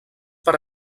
per